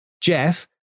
Jeff